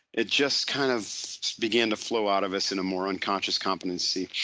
it just kind of began to flow out of us in a more unconscious competency.